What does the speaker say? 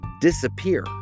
disappear